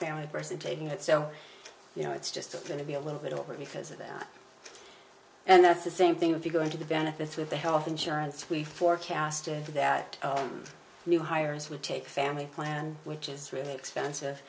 family person taking that so you know it's just going to be a little bit over because of that and that's the same thing if you go into the benefits of the health insurance we forecasted that new hires will take family plan which is really expensive